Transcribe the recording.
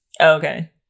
Okay